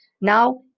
now